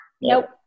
Nope